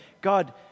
God